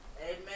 Amen